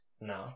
No